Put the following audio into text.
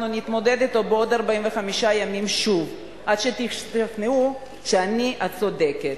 אנחנו נתמודד אתו בעוד 45 ימים שוב עד שתשתכנעו שאני הצודקת.